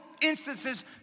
instances